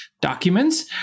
documents